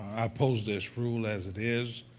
i oppose this rule as it is.